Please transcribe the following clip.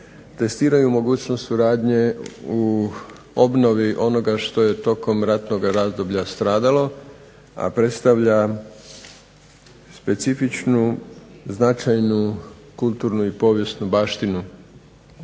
testiraju mogućnost suradnje u obnovi onoga što je tokom ratnoga razdoblja stradalo, a predstavlja specifičnu, značajnu, kulturnu i povijesnu baštinu.